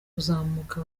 kuzamuka